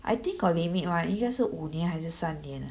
I think got limit [one] 应该是五年还是三年啊